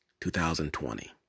2020